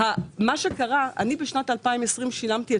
בשנת 2020 שילמתי,